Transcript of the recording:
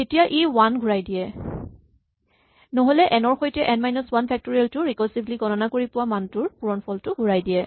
তেতিয়া ই ৱান ঘূৰাই দিয়ে নহ'লে এন ৰ সৈতে এন মাইনাচ ৱান ফেক্টিৰিয়েল টো ৰিকাৰছিভলী গণনা কৰি পোৱা মানটোৰ পূৰণফলটো ঘূৰাই দিয়ে